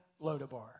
Lodabar